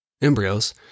embryos